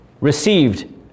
received